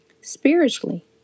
spiritually